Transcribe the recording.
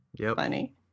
funny